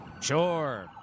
Sure